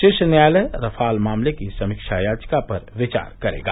शीर्ष न्यायालय रफाल मामले की समीक्षा याचिका पर विचार करेगा